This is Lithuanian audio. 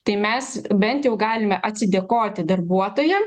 tai mes bent jau galime atsidėkoti darbuotojam